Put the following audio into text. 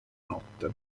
notte